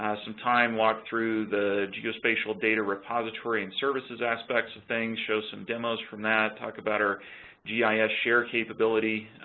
some time, walk through the geospatial data repository and services aspects of things, show some demos from that, talk about our gis ah share capability,